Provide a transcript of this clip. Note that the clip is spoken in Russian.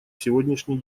сегодняшней